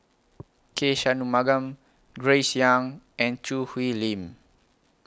K Shanmugam Grace Young and Choo Hwee Lim